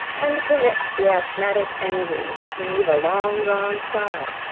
and permits the asthmatic engine to heave a long-drawn sigh,